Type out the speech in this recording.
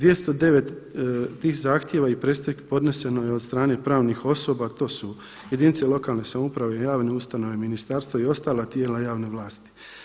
209 tih zahtjeva i predstavki podneseno je od strane pravnih osoba to su jedinice lokalne samouprave i javne ustanove, ministarstva i ostala tijela javne vlasti.